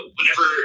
Whenever